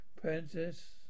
Princess